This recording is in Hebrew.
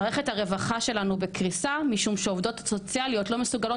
מערכת הרווחה שלנו בקריסה משום שהעובדות הסוציאליות לא מסוגלות